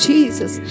Jesus